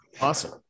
Awesome